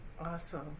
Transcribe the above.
Awesome